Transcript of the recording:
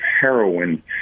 heroin